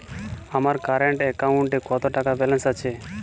আমার কারেন্ট অ্যাকাউন্টে কত টাকা ব্যালেন্স আছে?